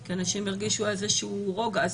כי אנשים ירגישו איזשהו רוגע.